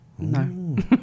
No